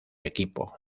equipo